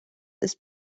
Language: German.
ist